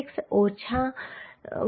6 ઓછા 94